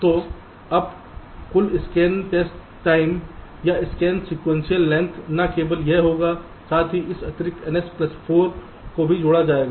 तो अब कुल स्कैन टेस्ट टाइम या स्कैन सीक्वेंशियल लेंथ न केवल यह होगा साथ ही इस अतिरिक्त ns प्लस 4 को भी जोड़ा जाएगा